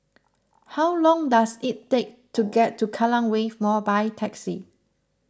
how long does it take to get to Kallang Wave Mall by taxi